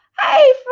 hey